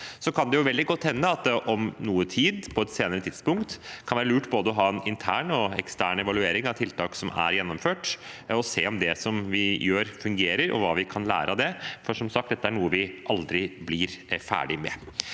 Så kan det jo veldig godt hende at det om noe tid, på et senere tidspunkt, kan være lurt å ha både en intern og en ekstern evaluering av tiltak som er gjennomført, og se på om det vi gjør, fungerer, og hva vi kan lære av det. Som sagt: Dette er noe vi aldri blir ferdige med.